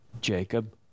Jacob